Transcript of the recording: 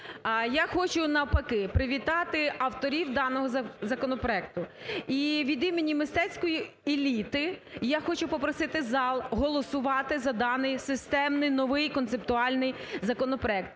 Я хочу, навпаки, привітати авторів даного законопроекту. І від імені мистецької еліти я хочу попросити зал голосувати за даний системний новий концептуальний законопроект.